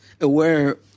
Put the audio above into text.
aware